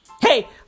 Hey